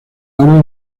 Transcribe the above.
orden